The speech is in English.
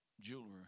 jewelry